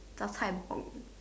just ham pork only